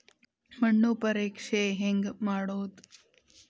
ಮಣ್ಣು ಪರೇಕ್ಷೆ ಹೆಂಗ್ ಮಾಡೋದು?